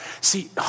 See